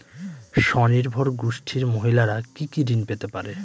স্বনির্ভর গোষ্ঠীর মহিলারা কি কি ঋণ পেতে পারে?